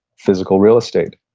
physical real estate,